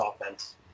offense